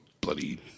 bloody